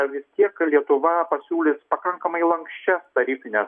vis tiek lietuva pasiūlys pakankamai lanksčias tarifines